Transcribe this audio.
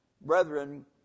Brethren